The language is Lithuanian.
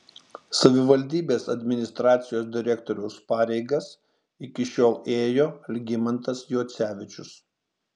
savivaldybės administracijos direktoriaus pareigas iki šiol ėjo algimantas juocevičius